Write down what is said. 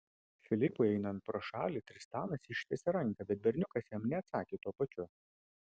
filipui einant pro šalį tristanas ištiesė ranką bet berniukas jam neatsakė tuo pačiu